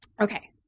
Okay